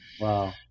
wow